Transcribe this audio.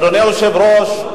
אדוני היושב-ראש,